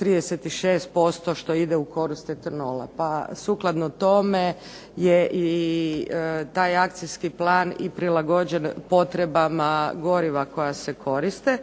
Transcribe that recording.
36% što ide u korist etanola, pa sukladno tome je i taj akcijski plan i prilagođen potrebama goriva koja se koriste.